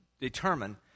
determine